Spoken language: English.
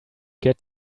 get